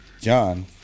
John